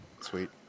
sweet